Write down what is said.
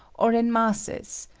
or in masses,